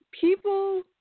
people